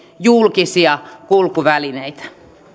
julkisia kulkuvälineitä